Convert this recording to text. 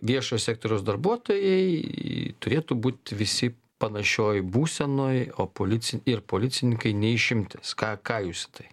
viešojo sektoriaus darbuotojai turėtų būt visi panašioj būsenoj o polic ir policininkai ne išimtis ką ką jūs į tai